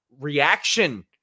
reaction